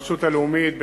והרשות הלאומית,